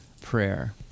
prayer